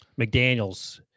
McDaniels